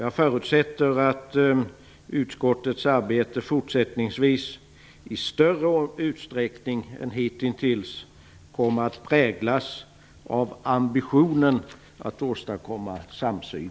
Jag förutsätter att utskottets arbete fortsättningsvis i större utsträckning än hitintills kommer att präglas av ambitionen att åstadkomma samsyn.